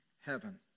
heaven